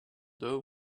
doe